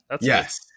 Yes